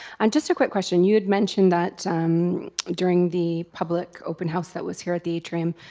um just a quick question. you had mentioned that during the public open house that was here at the atrium